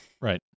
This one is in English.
Right